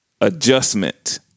adjustment